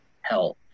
health